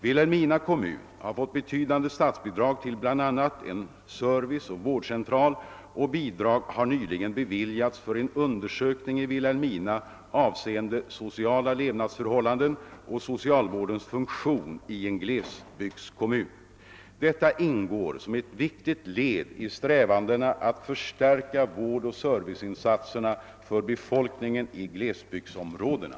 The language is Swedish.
Vilhelmina kommun har fått betydande statsbidrag till bl.a. en serviceoch vård central, och bidrag har nyligen beviljats för en undersökning i Vilhelmina avseende sociala levnadsförhållanden och socialvårdens funktion i en glesbygdskommun. Detta ingår som ett viktigt led i strävandena att förstärka vårdoch serviceinsatserna för befolkningen i glesbygdsområdena.